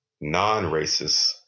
non-racists